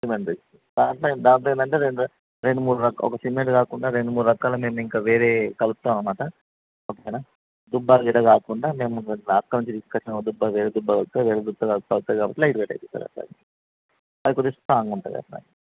cement bricks దాంట్లో ఏమిటి దాంట్లో ఏంటంటే రెండు మూడు రకాలు ఒక సిమెంట్ కాకుండా రెండు మూడు రకాలు మేము ఇంకా వేరేవి కలుపుతాము అన్నమాట ఓకేనా దుబ్బా ఎడ కాకుండా మేము ట్రాక్టర్స్లో నుంచి తీసుకు వచ్చిన దుబ్బా లైట్ వెయిట్ అయితుంది అది కొద్దిగా స్ట్రాంగ్ ఉంటుంది